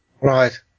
Right